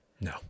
No